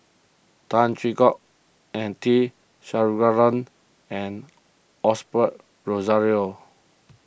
Tan Hwee Hock and T and Osbert Rozario